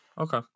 Okay